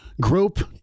group